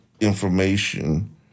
Information